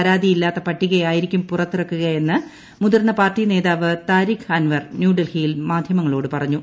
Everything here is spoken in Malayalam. പരാതിയില്ലാത്ത പട്ടികയായിരിക്കും പുറത്തിറക്കുകയെന്ന് മുതിർന്ന പാർട്ടി നേതാവ് താരിഖ് അൻവർ ന്യൂഡൽഹിയിൽ മാധ്യമങ്ങളോട് പറഞ്ഞു